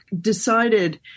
decided